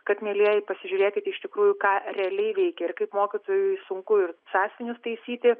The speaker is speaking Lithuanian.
kad mielieji pasižiūrėkit iš tikrųjų ką realiai veikia ir kaip mokytojui sunku ir sąsiuvinius taisyti